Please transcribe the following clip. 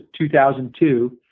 2002